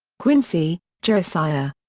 quincy, josiah.